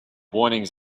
warnings